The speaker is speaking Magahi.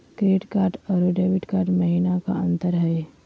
क्रेडिट कार्ड अरू डेबिट कार्ड महिना का अंतर हई?